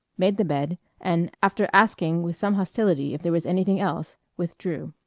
made the bed and, after asking with some hostility if there was anything else, withdrew.